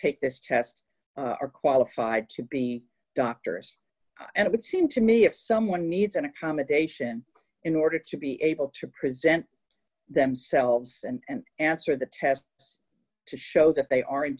take this test are qualified to be doctors and would seem to me if someone needs an accommodation in order to be able to present themselves and answer the test to show that they aren't